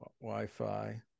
Wi-Fi